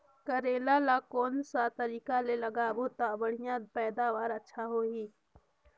करेला ला कोन सा तरीका ले लगाबो ता बढ़िया पैदावार अच्छा होही?